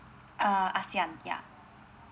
uh asean yeah